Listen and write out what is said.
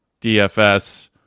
DFS